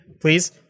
please